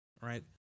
right